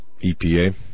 EPA